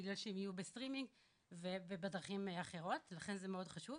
בגלל שהם יהיו בסטרימינג ובדרכים אחרות ולכן זה מאוד חשוב.